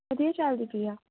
ਵਧੀਆ ਚਲਦੀ ਪਈ ਆ